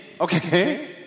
okay